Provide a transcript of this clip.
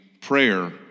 prayer